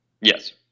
Yes